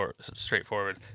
straightforward